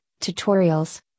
tutorials